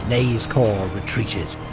ney's corps retreated.